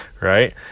Right